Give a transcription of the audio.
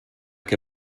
què